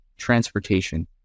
transportation